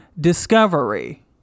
discovery